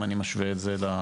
אם אני משווה את זה לכלליים?